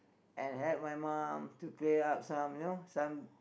and help my mum to play up some you know some